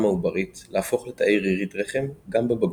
העוברית להפוך לתאי רירית רחם גם בבגרות.